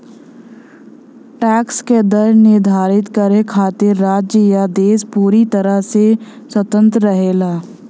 tax क दर निर्धारित करे खातिर राज्य या देश पूरी तरह से स्वतंत्र रहेला